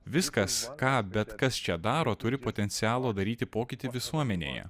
viskas ką bet kas čia daro turi potencialo daryti pokytį visuomenėje